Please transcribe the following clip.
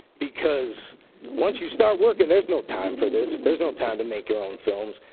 because once you start working, there's no time for this. there's no time to make your own films.